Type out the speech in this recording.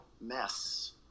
mess